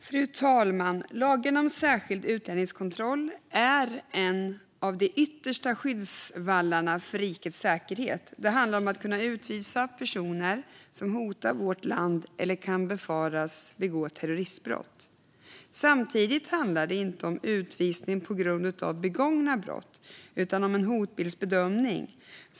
Fru talman! Lagen om särskild utlänningskontroll är en av de yttersta skyddsvallarna för rikets säkerhet. Det handlar om att kunna utvisa personer som hotar vårt land eller som kan befaras begå terroristbrott. Samtidigt handlar det inte om utvisning på grund av begångna brott utan om en hotbildsbedömning.